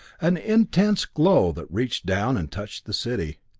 an intense glow that reached down, and touched the city.